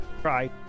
try